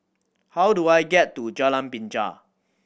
how do I get to Jalan Binja